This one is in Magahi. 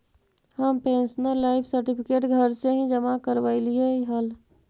हम पेंशनर लाइफ सर्टिफिकेट घर से ही जमा करवइलिअइ हल